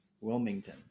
Wilmington